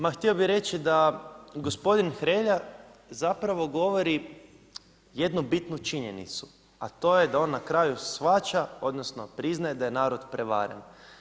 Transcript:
Ma htio bih reći da gospodin Hrelja zapravo govori jednu bitnu činjenicu, a to je da on na kraju shvaća, odnosno priznaje da je narod prevaren.